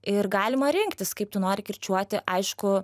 ir galima rinktis kaip tu nori kirčiuoti aišku